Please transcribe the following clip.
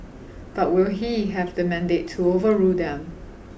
but will he have the mandate to overrule them